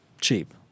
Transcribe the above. cheap